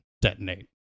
detonate